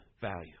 value